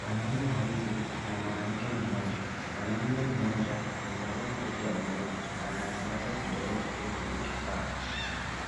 Wanaume wawili na mwanamke mmoja, mwanaume mmoja amevalia suti ya buluu na anatambaza kidole chake kwenye Kifaa.